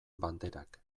banderak